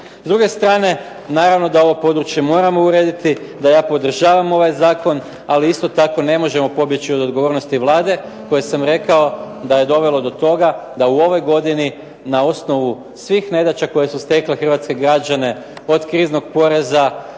S druge strane naravno da ovo područje moramo urediti ovaj zakon, da podržavamo ovaj zakon, ali isto tako ne možemo pobjeći od odgovornosti Vlade kojoj sam rekao da je dovelo do toga da u ovoj godini na osnovu svih nedaća koje su stekle hrvatske građane od kriznog poreza